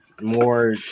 more